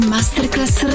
Masterclass